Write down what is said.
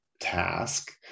task